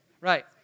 right